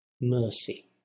Mercy